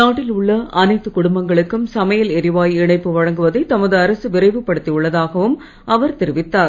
நாட்டில் உள்ள அனைத்து குடும்பங்களுக்கும் சமையல் எரிவாயு இணைப்பு வழங்குவதை தமது அரசு விரைவு படுத்தியுள்ளதாகவும் அவர் தெரிவித்தார்